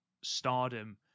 stardom